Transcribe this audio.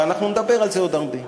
ואנחנו נדבר על זה עוד הרבה,